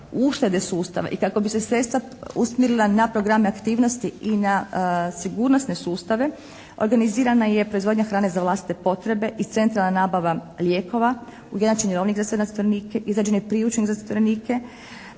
uštede sustava i kako bi se sredstva usmjerila na programe aktivnosti i na sigurnosne sustave organizirana je proizvodnja hrane za vlastite potrebe i centralna nabava lijekova, ujednačen je jelovnik za sve zatvorenike, izrađen je priručnik za zatvorenike,